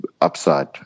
upside